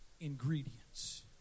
ingredients